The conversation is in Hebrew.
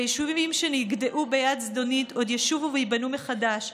והיישובים שנגדעו ביד זדונית עוד ישובו וייבנו מחדש.